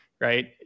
right